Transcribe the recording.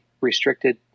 restricted